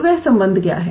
तो वह संबंध क्या है